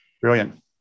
Brilliant